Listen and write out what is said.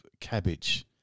cabbage